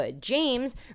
James